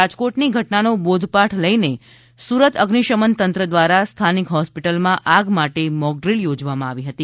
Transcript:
રાજકોટની ઘટનાનો બોધપાઠ લઇને સુરત અઝિશમન તંત્ર દ્વારા સ્થાનિક હોસ્પિટલમાં આગ માટે મોકડ્રીલ યોજવામાં આવી હતી